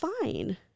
fine